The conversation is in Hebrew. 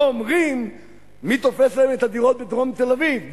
לא אומרים מי תופס להם את הדירות בדרום תל-אביב,